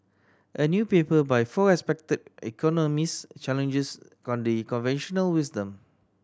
a new paper by four respected economist challenges conventional wisdom